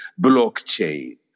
blockchain